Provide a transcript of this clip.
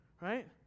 Right